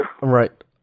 Right